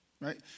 Right